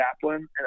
chaplain